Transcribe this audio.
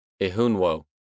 Ehunwo